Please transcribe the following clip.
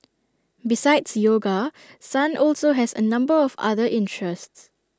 besides yoga sun also has A number of other interests